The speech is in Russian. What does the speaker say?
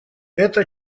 это